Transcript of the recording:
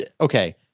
okay